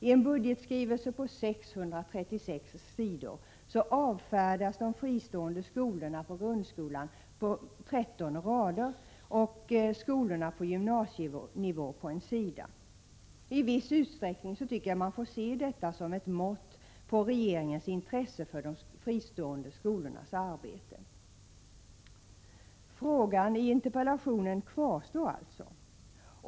I en budgetskrivelse på 636 sidor avfärdas de fristående skolorna inom grundskolan på tretton rader och skolorna på gymnasienivå på en sida. I viss utsträckning tycker jag att man får se detta som ett mått på regeringens intresse för de fristående skolornas arbete. Frågan i interpellationen kvarstår alltså.